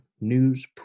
news